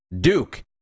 Duke